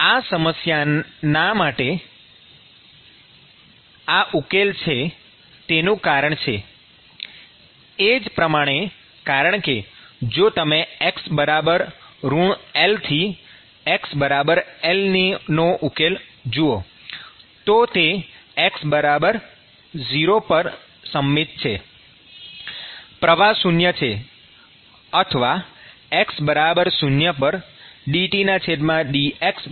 આ સમસ્યાના માટે આ ઉકેલ છે તેનું કારણ છે એ જ પ્રમાણે કારણકે જો તમે x L થી xL નો ઉકેલ જુઓ તો તે x0 પર સંમિત છે પ્રવાહ શૂન્ય છે અથવા x0 પર dTdx 0 છે